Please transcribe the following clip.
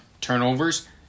turnovers